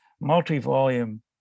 multi-volume